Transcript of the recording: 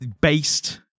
based